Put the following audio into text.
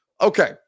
Okay